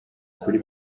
kuri